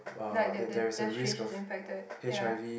like the the the that she is infected ya